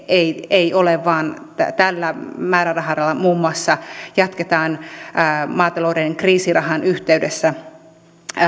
ei ei ole vaan tällä määrärahalla muun muassa jatketaan maatalouden kriisirahan yhteydessä